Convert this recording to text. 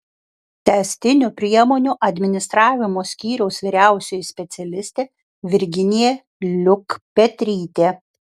tęstinių priemonių administravimo skyriaus vyriausioji specialistė virginija liukpetrytė